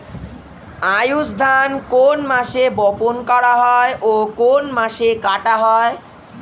আউস ধান কোন মাসে বপন করা হয় ও কোন মাসে কাটা হয়?